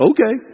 Okay